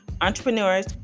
entrepreneurs